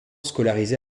scolarisés